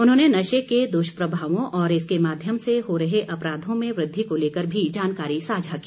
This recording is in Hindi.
उन्होंने नशे के दुष्प्रभावों और इसके माध्यम से हो रहे अपराधों में वृद्धि को लेकर भी जानकारी साझा की